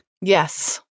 Yes